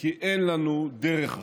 כי אין לנו דרך אחרת.